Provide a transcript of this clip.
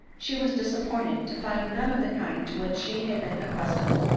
she was disappointed to find none of the kind to which she had been accustomed.